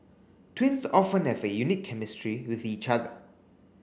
twins often have a unique chemistry with each other